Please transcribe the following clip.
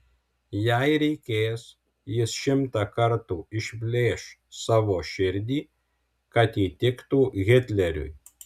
jei reikės jis šimtą kartų išplėš savo širdį kad įtiktų hitleriui